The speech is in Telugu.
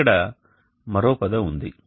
ఇక్కడ మరో పదం ఉంది